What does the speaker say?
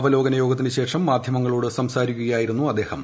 അവലോകന യോഗത്തിന് ശേഷം മാധ്യമങ്ങളോട് സംസാരിക്കുകയായിരുന്നു അദ്ദേഹം